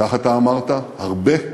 כך אתה אמרת: הרבה,